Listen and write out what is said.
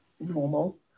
normal